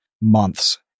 months